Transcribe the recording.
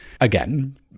again